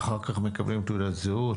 ואחר כך מקבלים תעודת זהות.